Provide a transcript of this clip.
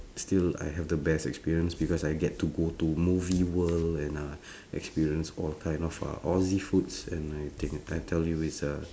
still I have the best experience because I get to go to movie world and uh experience all kind of uh aussie foods and I I tell you is a